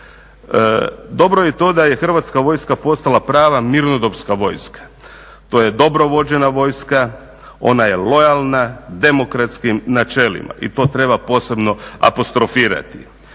Dobro je i to da je Hrvatska vojska postala prava mirnodopska vojska, to je dobro vođena vojska, ona je lojalna demokratskim načelima i to treba posebno apostrofirati.